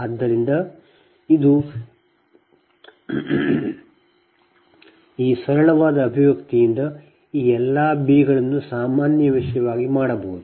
ಆದ್ದರಿಂದ ಇದು ಈ ಸರಳವಾದ ಅಭಿವ್ಯಕ್ತಿಯಿಂದ ಈ ಎಲ್ಲಾ Bಬಿ ಗಳನ್ನು ಸಾಮಾನ್ಯ ವಿಷಯವಾಗಿ ಮಾಡಬಹುದು